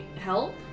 help